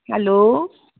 hello